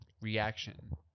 reaction